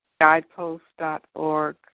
guidepost.org